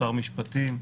שר המשפטים,